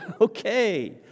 okay